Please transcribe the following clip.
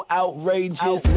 outrageous